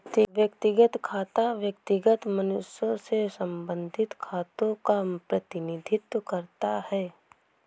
व्यक्तिगत खाता व्यक्तिगत मनुष्यों से संबंधित खातों का प्रतिनिधित्व करता है